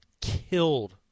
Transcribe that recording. killed